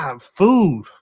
food